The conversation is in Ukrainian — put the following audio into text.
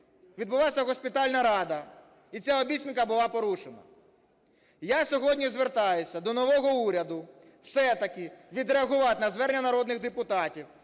Відбулася госпітальна рада, і ця обіцянка була порушена. Я сьогодні звертаюся до нового уряду все-таки відреагувати на звернення народних депутатів,